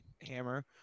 hammer